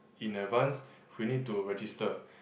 in advance we need to register